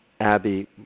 Abby